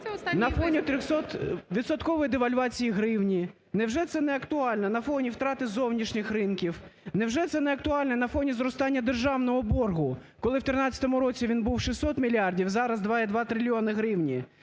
На фоні трьохсотвідсоткової девальвації гривні, невже це не актуально на фоні втрати зовнішніх ринків, невже це не актуально на фоні зростання державного боргу? Коли в 13-му році він був 600 мільярдів, зараз – 2,2 трильйони